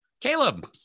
Caleb